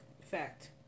Fact